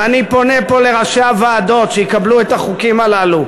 ואני פונה פה לראשי הוועדות שיקבלו את החוקים הללו: